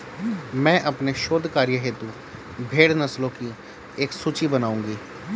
मैं अपने शोध कार्य हेतु भेड़ नस्लों की एक सूची बनाऊंगी